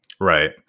Right